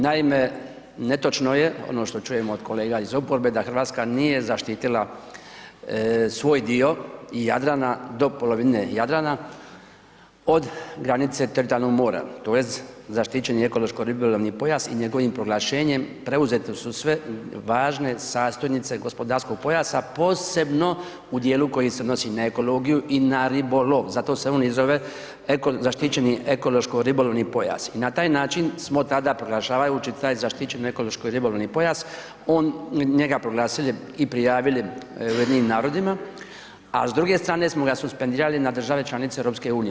Naime, netočno je ono što čujem od kolega iz oporbe da RH nije zaštitila svoj dio Jadrana, do polovine Jadrana, od granice teritorijalnog mora tj. zaštićeni ekološko ribolovni pojas i njegovim proglašenjem preuzete su sve važne sastojnice gospodarskog pojasa, posebno u dijelu koji se odnosi na ekologiju i na ribolov, zato se i on zove zaštićeni ekološko ribolovni pojas i na taj način smo tada proglašavajući taj zaštićeni ekološko ribolovni pojas, on, njega proglasili i prijavili UN-u, a s druge strane smo ga suspendirali na države članice EU.